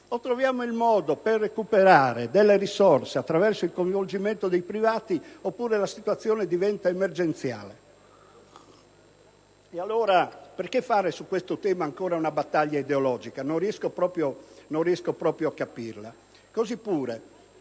o troviamo il modo per recuperare delle risorse attraverso il coinvolgimento dei privati o la situazione diventa emergenziale. Allora perché fare su questo tema ancora una battaglia ideologica? Non riesco proprio a capirlo. Lo